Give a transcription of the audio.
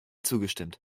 zugestimmt